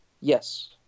Yes